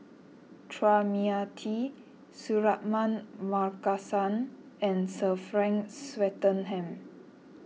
Chua Mia Tee Suratman Markasan and Sir Frank Swettenham